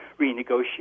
renegotiate